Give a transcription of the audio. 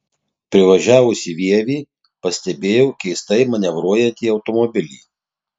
privažiavusi vievį pastebėjau keistai manevruojantį automobilį